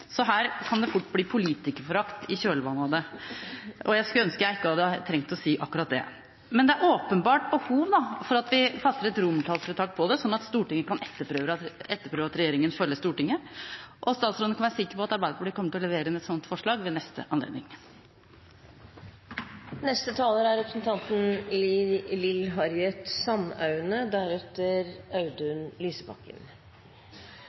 Så det kan fort bli politikerforakt i kjølvannet av dette, og jeg skulle ønske jeg ikke hadde trengt å si akkurat det. Men det er åpenbart behov for at vi fatter et romertallsvedtak om det, sånn at Stortinget kan etterprøve at regjeringen følger Stortinget. Og statsråden kan være sikker på at Arbeiderpartiet kommer til å levere inn et sånt forslag ved neste anledning.